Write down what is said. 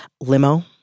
Limo